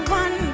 one